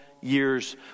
years